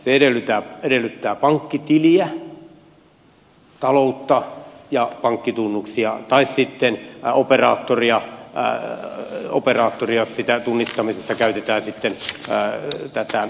se edellyttää pankkitiliä taloutta ja pankkitunnuksia tai sitten operaattoria jos tunnistamisessa käytetään sitten näitä kännykkäjuttuja tai muita